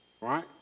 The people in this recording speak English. Right